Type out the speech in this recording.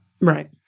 right